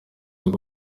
ubwo